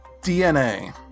DNA